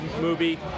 movie